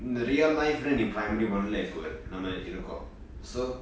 real life primary one இப்பொ இரு~ நம்ம இருக்கோம்:ippo iru~ namma irukom so